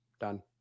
Done